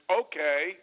okay